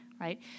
right